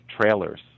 trailers